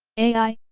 ai,